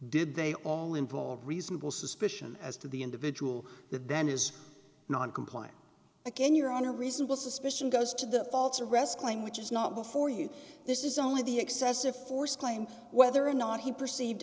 did they all involve reasonable suspicion as to the individual that then is not compliant again you're on a reasonable suspicion goes to the false arrest claim which is not before you this is only the excessive force claim whether or not he perceived